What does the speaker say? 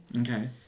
Okay